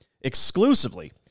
exclusively